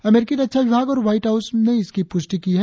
अमरीकी रक्षा विभाग और व्हाइट हाऊस ने इसकी प्रष्टि की है